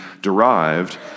derived